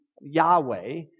Yahweh